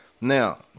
now